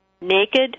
naked